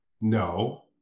no